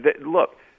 Look